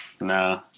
No